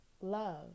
love